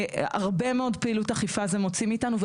הרבה מאוד פעילות אכיפה זה מוציא מאתנו.